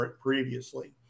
previously